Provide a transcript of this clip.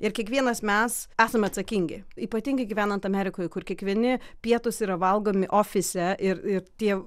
ir kiekvienas mes esame atsakingi ypatingai gyvenant amerikoj kur kiekvieni pietūs yra valgomi ofise ir ir tie